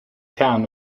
town